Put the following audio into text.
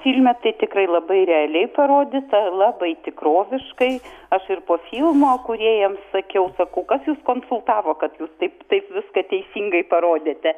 filme tai tikrai labai realiai parodyta labai tikroviškai aš ir po filmo kūrėjams sakiau sakau kas jus konsultavo kad jūs taip taip viską teisingai parodėte